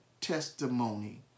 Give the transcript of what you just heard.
testimony